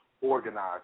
organized